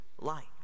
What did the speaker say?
light